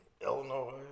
Illinois